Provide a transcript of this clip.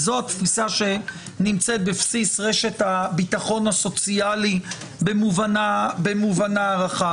זו התפיסה שנמצאת בבסיס רשת הביטחון הסוציאלי במובנה הרחב.